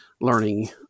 learning